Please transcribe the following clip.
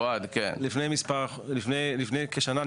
לפני כשנה,